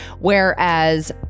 whereas